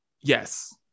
Yes